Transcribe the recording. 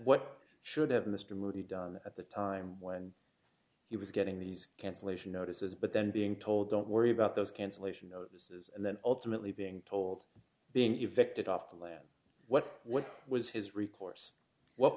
what should have mr murray done at the time when he was getting these cancellation notices but then being told don't worry about those cancellation notices and then ultimately being told being evicted off the land what what was his recourse what